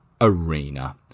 Arena